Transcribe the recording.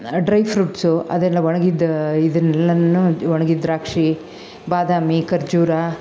dry fruits ಅದೆಲ್ಲ ಒಣಗಿದ್ದ ಇದನೆಲ್ಲನು ಒಣಗಿದ ದ್ರಾಕ್ಷಿ ಬಾದಾಮಿ ಖರ್ಜೂರ